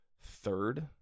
third